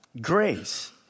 grace